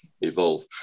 evolve